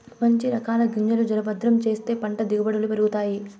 మంచి రకాల గింజలు జర భద్రం చేస్తే పంట దిగుబడులు పెరుగుతాయి